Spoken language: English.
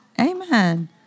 Amen